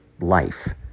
life